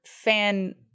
fan